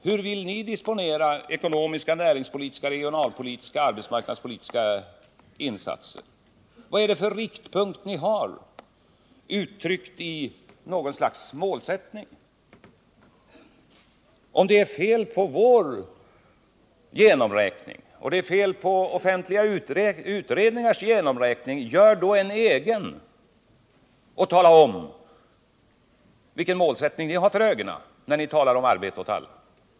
Hur vill ni disponera ekonomiska, näringspolitiska, regionalpolitiska och arbetsmarknadspolitiska insatser? Vad är det för riktpunkt ni har, uttryckt i något slags målsättning? Om det är fel på vår och offentliga utredningars genomräkning, gör då en egen! Tala sedan om vilken målsättning ni har för ögonen när ni talar om arbete åt alla.